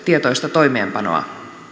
toimeenpanoa